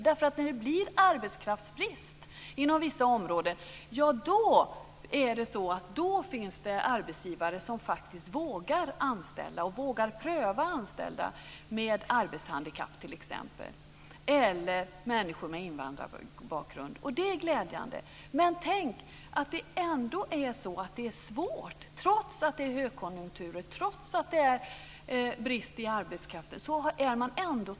När det blir arbetskraftsbrist inom vissa områden finns det arbetsgivare som faktiskt vågar anställa och vågar pröva att anställa människor med t.ex. arbetshandikapp eller människor med invandrarbakgrund. Det är glädjande. Men tänk att det ändå är svårt och att de tvekar, trots att det är högkonjunktur och trots att det är brist på arbetskraft. Vad beror det på?